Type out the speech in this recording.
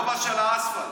אתה בגובה של האספלט.